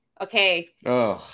Okay